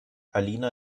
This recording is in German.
alina